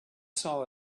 saw